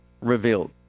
revealed